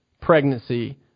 pregnancy